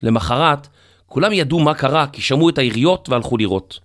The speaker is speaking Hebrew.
למחרת כולם ידעו מה קרה, כי שמעו את היריות והלכו לראות.